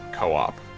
co-op